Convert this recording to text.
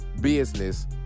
business